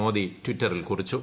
മോദി ട്വിറ്ററിൽ കുറിച്ചു